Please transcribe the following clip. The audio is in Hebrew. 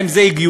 האם זה הגיוני?